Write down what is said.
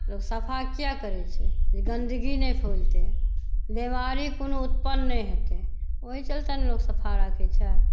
लोक सफा किया करै छै जे गन्दगी नहि फैलतै बेमारी कोनो उत्पन्न नहि हेतै ओही चलते ने लोक सफा राखै छै